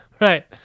Right